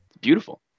Beautiful